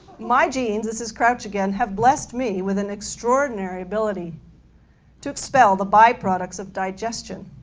my genes this is crouch again, have blessed me with an extraordinary ability to expel the byproducts of digestion.